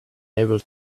able